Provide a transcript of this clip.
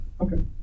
Okay